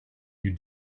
you